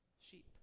sheep